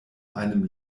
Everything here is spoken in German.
einem